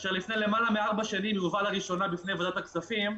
כאשר לפני למעלה מארבע שנים היא הובאה לראשונה בפני ועדת הכספים,